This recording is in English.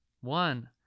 One